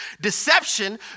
Deception